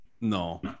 No